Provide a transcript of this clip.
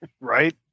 right